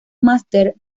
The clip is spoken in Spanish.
master